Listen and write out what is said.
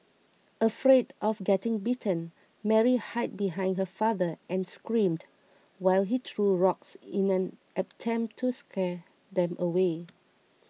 afraid of getting bitten Mary hid behind her father and screamed while he threw rocks in an attempt to scare them away